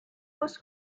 was